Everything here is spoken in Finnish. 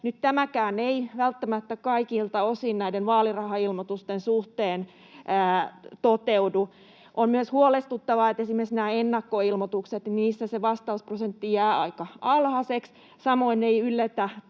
tämäkään ei välttämättä toteudu kaikilta osin näiden vaalirahailmoitusten suhteen. On myös huolestuttavaa, että esimerkiksi ennakkoilmoituksissa vastausprosentti jää aika alhaiseksi — samoin ei ylletä